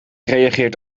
reageert